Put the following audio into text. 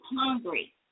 hungry